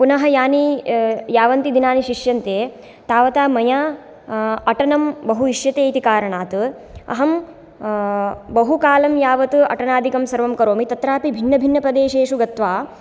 पुनः यानि यावन्ति दिनानि शिष्यन्ते तावता मया अटनं बहु इष्यते इति कारणात् अहं बहुकालं यावत् अटनाधिकं सर्वं करोमि तत्रापि भिन्नभिन्नप्रदेशेषु गत्वा